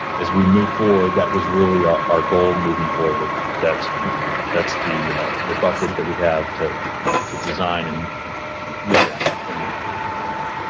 as we move forward, that was really our our goal, moving forward, that that's that's the the bucket that we have to to design and look at from ah that perspective.